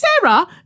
Sarah